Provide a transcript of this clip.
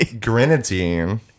Grenadine